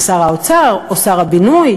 של שר האוצר או שר הבינוי?